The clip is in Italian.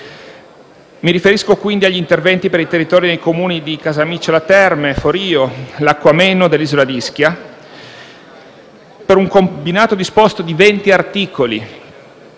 Mi riferisco, quindi, agli interventi per il territorio dei Comuni di Casamicciola Terme, Forio, Lacco Ameno dell’isola di Ischia, per un combinato disposto di 20 articoli